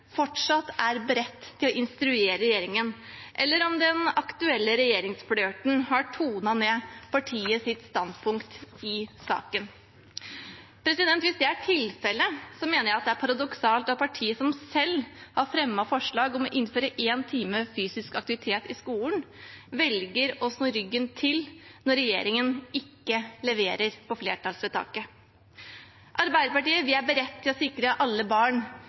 fortsatt er beredt til å instruere regjeringen, eller om den aktuelle regjeringsflørten har tonet ned partiets standpunkt i saken. Hvis det er tilfellet, mener jeg at det er paradoksalt at partiet som selv har fremmet forslag om å innføre én time fysisk aktivitet i skolen, velger å snu ryggen til når regjeringen ikke leverer på flertallsvedtaket. Arbeiderpartiet er beredt til å sikre alle barn